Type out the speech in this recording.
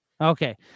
okay